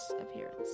appearance